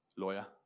Lawyer